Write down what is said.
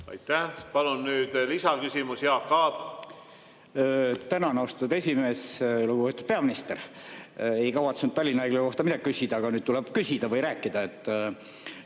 Aitäh! Palun, nüüd lisaküsimus, Jaak Aab! Tänan, austatud esimees! Lugupeetud peaminister! Ei kavatsenud Tallinna Haigla kohta midagi küsida, aga nüüd tuleb küsida või rääkida.